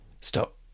stop